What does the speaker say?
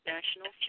National